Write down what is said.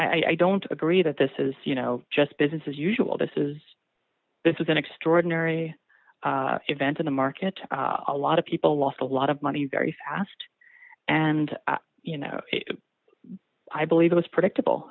i don't agree that this is you know just business as usual this is this is an extraordinary event in the market a lot of people lost a lot of money very fast and you know i believe it was predictable